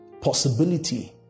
possibility